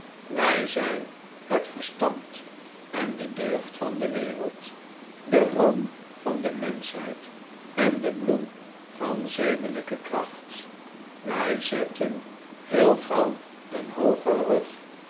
wij zijn het verstand en de deugd van de wereld de room van de menschheid en de bloem van zedelijke kracht wij zetten heel gauw een hoogen rug